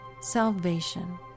Salvation